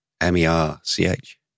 M-E-R-C-H